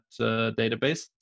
database